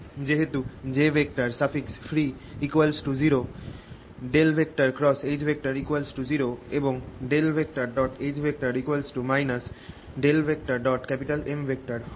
যেহেতু jfree 0 H0 এবং H M হবে